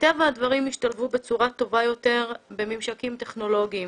מטבע הדברים ישתלבו בצורה טובה יותר בממשקים טכנולוגיים.